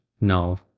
No